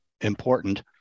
important